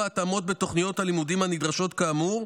התאמות בתוכניות הלימודים הנדרשות כאמור.